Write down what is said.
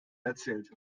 erzählt